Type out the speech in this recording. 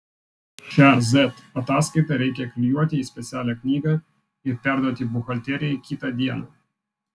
šią z ataskaitą reikia klijuoti į specialią knygą ir perduoti buhalterijai kitą dieną